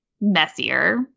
messier